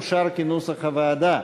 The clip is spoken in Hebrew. אושר כנוסח הוועדה.